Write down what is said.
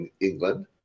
England